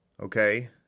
okay